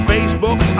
Facebook